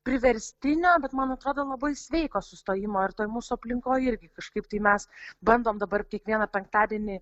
priverstinio bet man atrodo labai sveiko sustojimo ir toj mūsų aplinkoj irgi kažkaip tai mes bandom dabar kiekvieną penktadienį